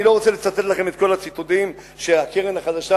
אני לא רוצה לצטט לכם את כל הציטוטים שהקרן החדשה,